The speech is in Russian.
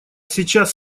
сейчас